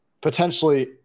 potentially